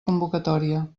convocatòria